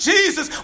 Jesus